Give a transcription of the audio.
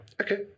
Okay